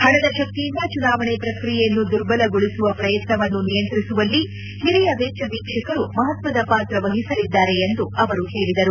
ಪಣದ ಶಕ್ತಿಯಿಂದ ಜುನಾವಣೆ ಪ್ರಕ್ರಿಯೆಯನ್ನು ದುರ್ಬಲಗೊಳಿಸುವ ಪ್ರಯತ್ನವನ್ನು ನಿಯಂತ್ರಿಸುವಲ್ಲಿ ಓರಿಯ ವೆಚ್ಚ ವೀಕ್ಷಕರು ಮಹತ್ವದ ಪಾತ್ರ ವಹಿಸಲಿದ್ದಾರೆ ಎಂದು ಅವರು ಹೇಳಿದರು